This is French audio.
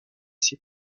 ses